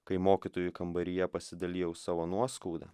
kai mokytojų kambaryje pasidalijau savo nuoskauda